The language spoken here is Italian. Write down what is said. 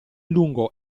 lungo